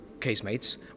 casemates